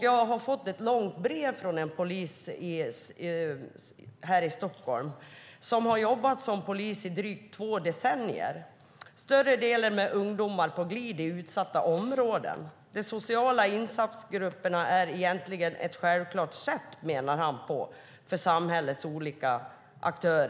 Jag har fått ett långt brev från en polis här i Stockholm som har jobbat som polis i drygt två decennier, större delen med ungdomar på glid i utsatta områden. De sociala insatsgrupperna är egentligen ett självklart sätt, menar han, för samhällets olika aktörer.